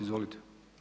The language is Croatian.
Izvolite.